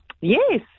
Yes